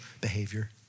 behavior